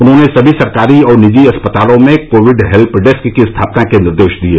उन्होंने समी सरकारी और निजी अस्पतालों में कोविड हेल्प डेस्क की स्थापना के निर्देश दिये